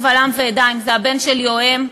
קבל עם ועדה: אם זה הבן שלי או הם,